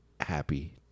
happy